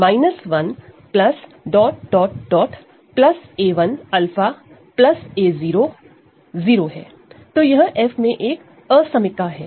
तो यह F में एक इनएक़्वालिटी है